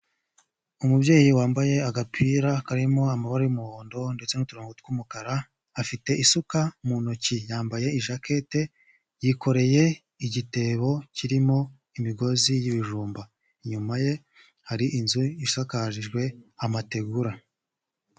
Umubyeyi wambaye agapira karimo amabara y'umuhondo ndetse n'uturongo tw'umukara, afite isuka mu ntoki, yambaye ijakete, yikoreye igitebo kirimo imigozi y'ibijumba, inyuma ye hari inzu isakajwe amategura.